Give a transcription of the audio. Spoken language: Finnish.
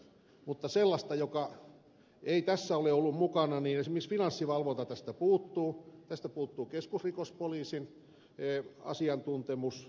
mutta esimerkiksi finanssivalvonta tästä puuttuu tästä puuttuu keskusrikospoliisin asiantuntemus